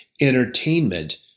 entertainment